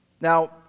Now